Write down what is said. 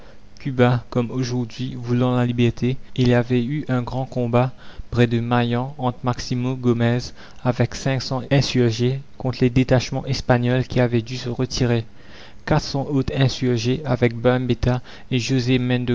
cuba comme aujourd'hui voulant la liberté il y avait eu un grand combat près de mayan entre maximo gomez avec cinq cents insurgés contre les détachements espagnols qui avaient dû se retirer quatre cents autres insurgés avec bembetta et josé